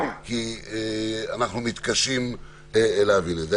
כי אנו מתקשים להבין את זה.